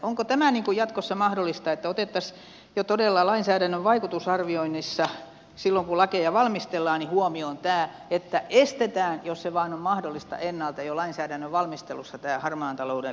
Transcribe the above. onko tämä jatkossa mahdollista että otettaisiin jo todella lainsäädännön vaikutusarvioinnissa silloin kun lakeja valmistellaan huomioon tämä että estetään jos se vain on mahdollista ennalta jo lainsäädännön valmistelussa tämä harmaan talouden lisääntyminen